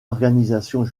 organisations